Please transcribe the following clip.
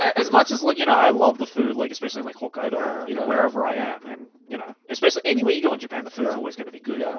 as much as like you know i love the food, like especially in like hokkaido, or you know wherever i am, and you know, especially anywhere you go in japan the food's always gonna be good, yeah